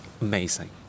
amazing